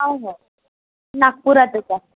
आहे आहे नागपुरातच आहे